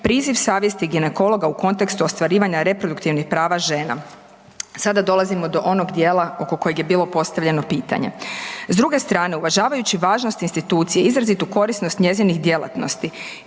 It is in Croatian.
priziv savjesti ginekologa u kontekstu ostvarivanja reproduktivnih prava žena. Sada dolazimo do onog djela oko kojeg je bilo postavljeno pitanje. S druge strane, uvažavajući važnost institucije, izrazitu korisnost njezinih djelatnosti,